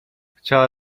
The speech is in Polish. chciała